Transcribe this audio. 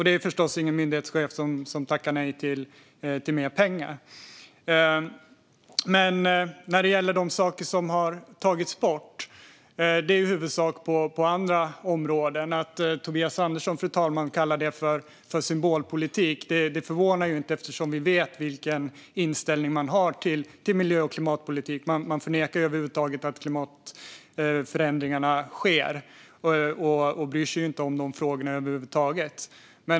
Det finns förstås ingen myndighetschef som tackar nej till mer pengar. Sedan gäller det saker som har tagits bort. Det är i huvudsak på andra områden. Att Tobias Andersson, fru talman, kallar det för symbolpolitik förvånar inte, eftersom vi vet vilken inställning man har till miljö och klimatpolitik. Man förnekar över huvud taget att klimatförändringarna sker och bryr sig inte om de frågorna över huvud taget.